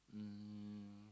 um